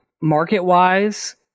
market-wise